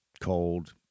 cold